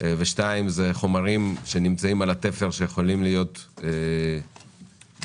וכן חומרים שנמצאים על התפר שיכולים להיות גם